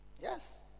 Yes